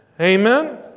Amen